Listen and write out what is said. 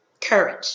courage